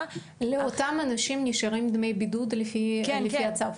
--- לאותם אנשים נשארים דמי בידוד לפי הצו?